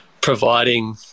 providing